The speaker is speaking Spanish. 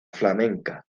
flamenca